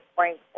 Frank